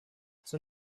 zur